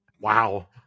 Wow